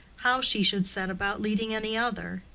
how she should set about leading any other,